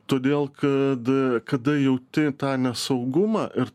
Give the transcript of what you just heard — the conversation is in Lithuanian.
todėl kad kada jauti tą nesaugumą ir